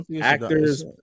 actors